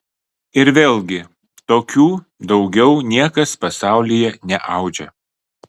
ir vėlgi tokių daugiau niekas pasaulyje neaudžia